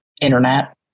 internet